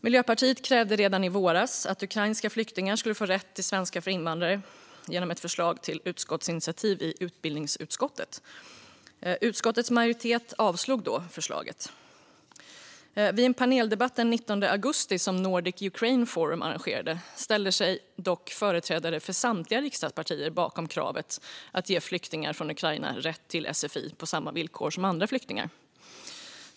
Miljöpartiet krävde redan i våras genom ett förslag till utskottsinitiativ i utbildningsutskottet att ukrainska flyktingar skulle få rätt till svenska för invandrare. Utskottets majoritet avslog då förslaget. Vid en paneldebatt den 19 augusti som Nordic Ukraine Forum arrangerade ställde sig dock företrädare för samtliga riksdagspartier bakom kravet om att ge flyktingar från Ukraina rätt till sfi på samma villkor som andra flyktingar.